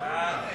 נגד?